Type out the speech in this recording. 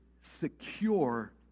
secure